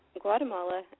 Guatemala